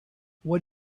what